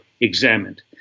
examined